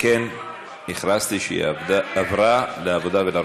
הכרזתי שהיא עברה לעבודה ורווחה.